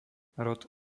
rod